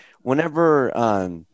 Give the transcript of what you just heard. whenever